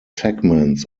segments